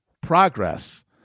progress